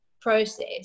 process